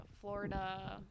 Florida